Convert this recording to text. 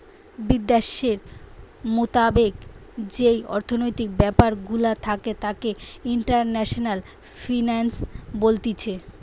বিদ্যাশের মোতাবেক যেই অর্থনৈতিক ব্যাপার গুলা থাকে তাকে ইন্টারন্যাশনাল ফিন্যান্স বলতিছে